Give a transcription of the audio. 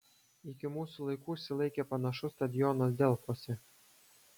iki mūsų laikų išsilaikė panašus stadionas delfuose